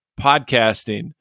podcasting